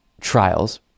trials